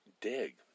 dig